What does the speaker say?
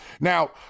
Now